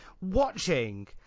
watching